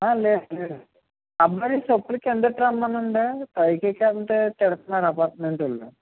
ఆ లేదు లేదు అబ్బాయిని చెప్పులు కిందెట్టి రమ్మనండే పైకెక్కి వదిలితే తిడతన్నారు అపార్టుమెంట్ వాళ్ళు